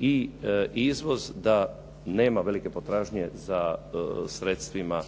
i izvoz, da nema velik potražnje za sredstvima